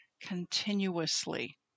continuously